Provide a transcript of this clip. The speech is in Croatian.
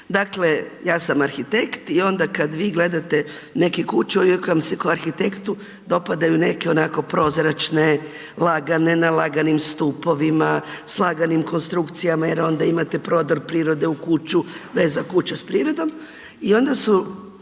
dakle ja sam arhitekt i onda kad vi gledate neku kuću i uvijek vam se ko arhitektu dopadaju neke onako prozračne, lagane, na laganim stupovima, s laganim konstrukcijama jer onda imate prodor prirode u kuću, veza kuće s prirodom i onda su